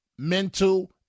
Mental